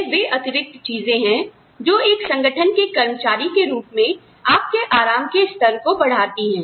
यह वे अतिरिक्त चीजें हैं जो एक संगठन के कर्मचारी के रूप में आपके आराम के स्तर को बढ़ाती हैं